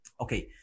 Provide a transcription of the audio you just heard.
Okay